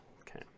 okay